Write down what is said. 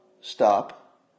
stop